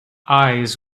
eyes